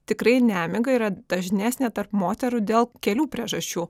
tikrai nemiga yra dažnesnė tarp moterų dėl kelių priežasčių